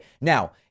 Now